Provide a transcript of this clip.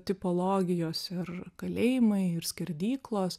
tipologijos ir kalėjimai ir skerdyklos